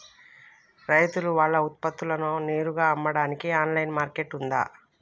రైతులు వాళ్ల ఉత్పత్తులను నేరుగా అమ్మడానికి ఆన్లైన్ మార్కెట్ ఉందా?